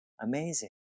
amazing